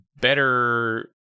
better